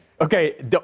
Okay